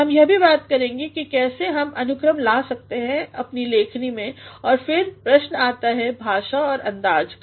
हम यह भीबात करेंगे की कैसे हम अनुक्रम ला सकते हैं अपनी लेखन में और फिर प्रशन आता है भाषा और अंदाज़ का